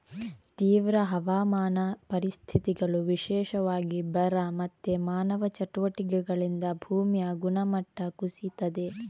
ತೀವ್ರ ಹವಾಮಾನ ಪರಿಸ್ಥಿತಿಗಳು, ವಿಶೇಷವಾಗಿ ಬರ ಮತ್ತೆ ಮಾನವ ಚಟುವಟಿಕೆಗಳಿಂದ ಭೂಮಿಯ ಗುಣಮಟ್ಟ ಕುಸೀತದೆ